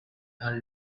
have